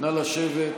נא לשבת,